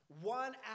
One